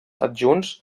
adjunts